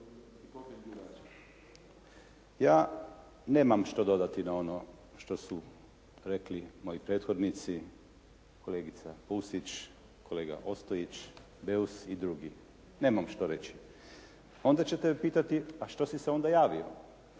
Ja nemam što dodati na ono što su rekli moji prethodnici kolegica Pusić, kolega Ostojić, Beus i drugi. Nemam što reći. Onda ćete pitati a što si se onda javio?